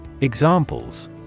Examples